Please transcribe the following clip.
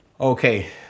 Okay